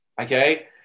okay